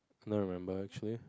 I don't remember actually